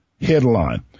headline